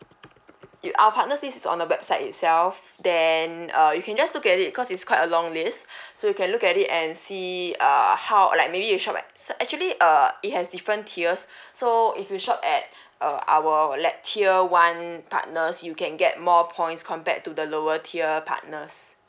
you our partners is on the website itself then uh you can just look at it cause it's quite a long list so you can look at it and see uh how like maybe you shop at so actually uh it has different tiers so if you shop at uh our let tier one partners you can get more points compared to the lower tier partners